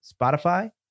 Spotify